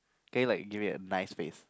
can you give me like a nice face